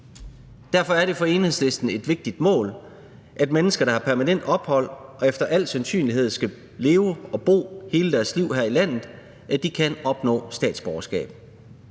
Derfor er det for Enhedslisten et vigtigt mål, at mennesker, der har permanent ophold og efter al sandsynlighed skal leve og bo hele deres liv her i landet, kan opnå statsborgerskab.